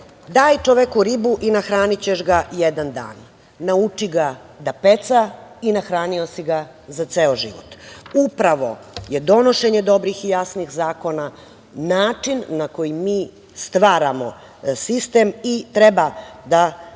čoveku ribu i nahranićeš ga jedan dan, nauči ga da peca i nahranio si ga peca i nahranio si ga za ceo život. Upravo je donošenje dobrih i jasnih zakona način na koji mi stvaramo sistem i treba da